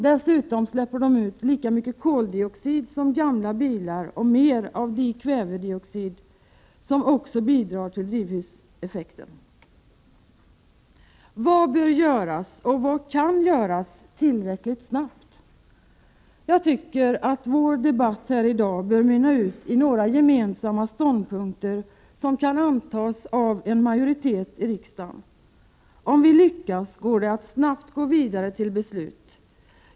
De släpper dessutom ut lika mycket koldioxid som gamla bilar och mer dikväveoxid, som också bidrar till drivhuseffekten. Vad bör göras, och vad kan göras tillräckligt snabbt? Vår debatt här i dag bör mynna ut i några gemensamma ståndpunkter som kan antas av en majoritet i riksdagen. Om vi lyckas går det snabbt att gå vidare till beslut.